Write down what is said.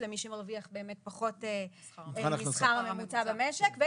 למי שמרוויח באמת פחות מהשכר הממוצע במשק.